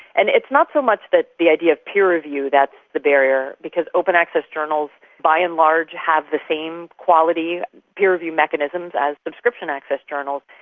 and it's not so much the the idea of peer review that's the barrier, because open access journals by and large have the same quality peer review mechanisms as subscription access journals,